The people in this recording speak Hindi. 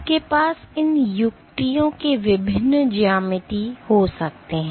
तो आपके पास इन युक्तियों के विभिन्न ज्यामिति हो सकते हैं